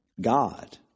God